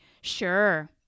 Sure